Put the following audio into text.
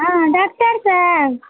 हॅं डाक्टर साहेब